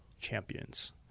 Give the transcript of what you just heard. Champions